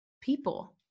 people